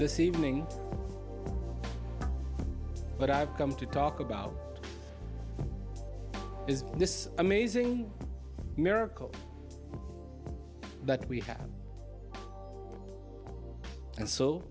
this evening but i've come to talk about is this amazing miracle that we have and so